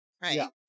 right